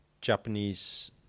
Japanese